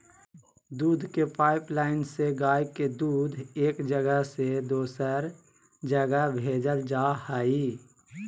दूध के पाइपलाइन से गाय के दूध एक जगह से दोसर जगह भेजल जा हइ